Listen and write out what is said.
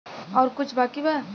और कुछ बाकी बा?